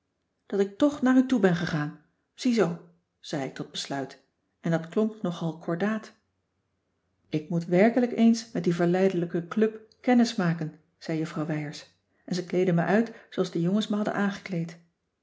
dat ik toch naar u toe ben gegaan ziezoo zei ik tot besluit en dat klonk nogal kordaat ik moet werkelijk eens met die verleidelijke club kennis maken zei juffrouw wijers en ze kleedde me uit zooals de jongens me hadden aangekleed